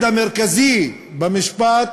המרכזי במשפט